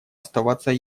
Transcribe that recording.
оставаться